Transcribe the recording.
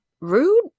rude